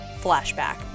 Flashback